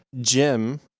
Jim